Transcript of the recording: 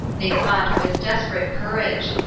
they fought with desperat courage.